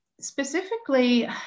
Specifically